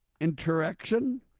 Interaction